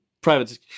private